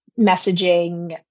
messaging